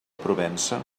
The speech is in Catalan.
provença